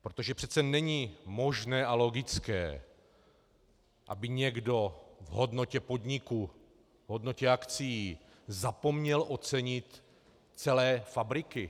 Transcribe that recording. Protože přece není možné a logické, aby někdo v hodnotě podniku, v hodnotě akcií zapomněl ocenit celé fabriky.